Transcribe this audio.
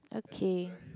okay